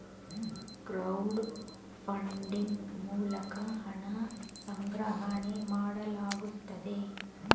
crowd funding ಮೂಲಕ ಹಣ ಸಂಗ್ರಹಣೆ ಮಾಡಲಾಗುತ್ತದೆ